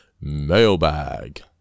mailbag